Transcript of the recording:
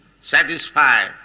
satisfied